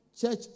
church